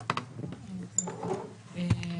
בבקשה.